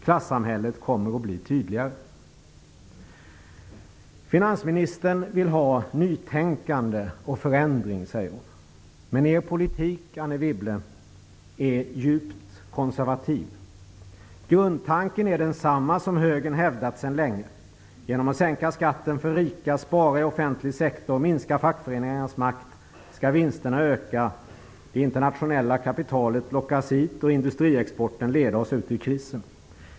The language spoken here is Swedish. Klassamhället kommer att bli tydligare. Finansministern vill ha nytänkande och förändring säger hon. Men regeringens politik, Anne Wibble, är djupt konservativ. Grundtanken är densamma som Högern hävdat sedan länge: Genom att sänka skatten för de rika, spara i den offentliga sektorn och minska fackföreningarnas makt skall vinsterna öka, det internationella kapitalet lockas hit och industriexporten leda oss ut ur krisen.